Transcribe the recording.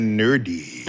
nerdy